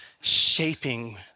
shaping